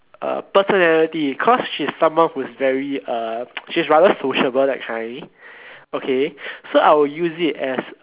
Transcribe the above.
uh personality cause she's someone who is very uh she's rather sociable that kind okay so I will use it as